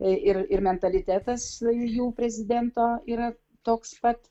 ir ir mentalitetas jų prezidento yra toks pat